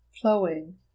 flowing